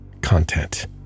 content